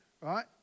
right